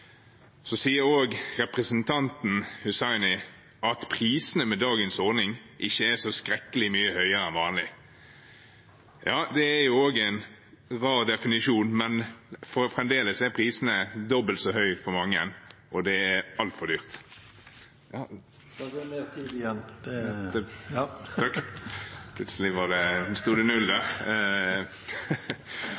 Så sier også representanten Hussaini at prisene med dagens ordning ikke er så skrekkelig mye høyere enn vanlig. Det er en rar definisjon, for fremdeles er prisene dobbelt så høye for mange, og det er altfor dyrt. Definisjonen av «skrekkelig mye høyere» er en morsom sak, for som jeg sa, er det